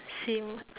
same